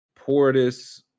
Portis